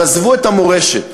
אבל עזבו את המורשת.